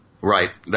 Right